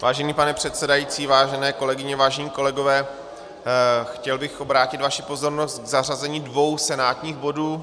Vážený pane předsedající, vážené kolegyně, vážení kolegové, chtěl bych obrátit vaši pozornost k zařazení dvou senátních bodů.